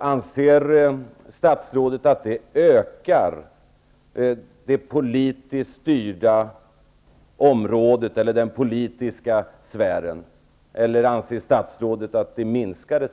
Anser statsrådet att det ökar omfattningen av det politiskt styrda området, den politiska sfären, eller att det minskar den?